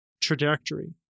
trajectory